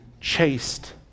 chased